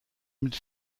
mit